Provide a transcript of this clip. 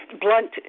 blunt